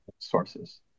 sources